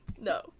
No